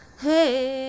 Hey